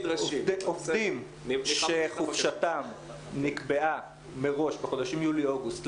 עובדים שחופשתם נקבעה מראש בחודשים יולי אוגוסט,